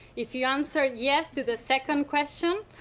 if you answered yes to the second question,